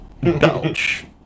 belch